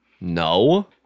No